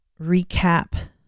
recap